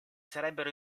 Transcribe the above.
sarebbero